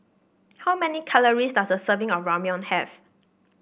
how many calories does a serving of Ramyeon have